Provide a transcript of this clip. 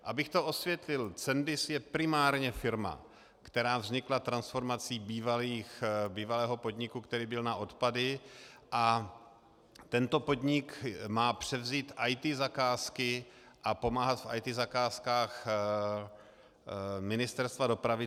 Abych to osvětlil, Cendis je primárně firma, která vznikla transformací bývalého podniku, který byl na odpady, a tento podnik má převzít IT zakázky a pomáhat v IT zakázkách Ministerstva dopravy.